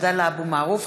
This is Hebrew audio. עבדאללה אבו מערוף,